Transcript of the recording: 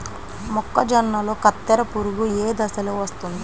మొక్కజొన్నలో కత్తెర పురుగు ఏ దశలో వస్తుంది?